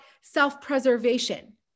self-preservation